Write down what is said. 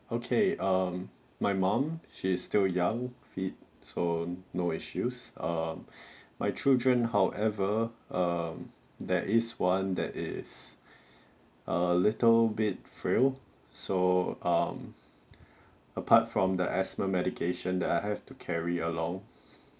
okay um my mom she's still young so no issues err my children however um there is one that is a little bit frail so um apart from the asthma medication that I have to carry along